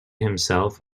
himself